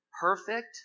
perfect